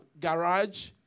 garage